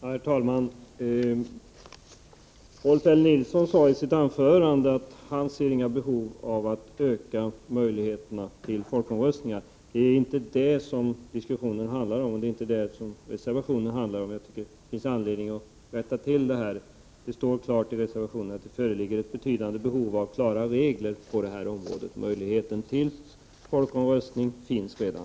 Herr talman! Rolf L Nilson sade i sitt anförande att han inte ser några behov av att utöka möjligheterna att genomföra folkomröstningar. Det är inte det diskussionen, och inte heller reservationen, handlar om. Det finns anledning att rätta till detta. Det står klart i reservationen att det föreligger ett betydande behov av klara regler på detta område. Möjligheten till folkomröstning finns redan.